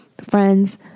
friends